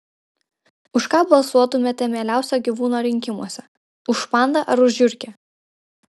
už ką balsuotumėte mieliausio gyvūno rinkimuose už pandą ar už žiurkę